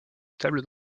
stable